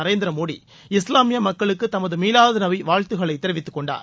நரேந்திர மோடி இஸ்லாமிய மக்களுக்கு தமது மீலாது நபி வாழ்த்துக்களை தெரிவித்துக் கொண்டார்